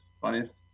Funniest